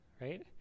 right